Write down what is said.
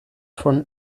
von